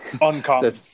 uncommon